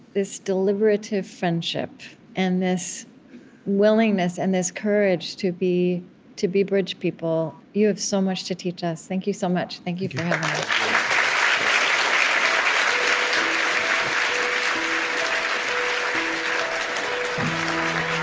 this deliberative friendship and this willingness and this courage to be to be bridge people. you have so much to teach us. thank you so much. thank you um